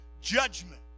judgment